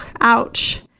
ouch